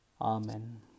Amen